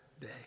day